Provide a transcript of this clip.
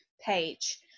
page